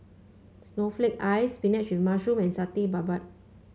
Snowflake Ice spinach with mushroom and Satay Babat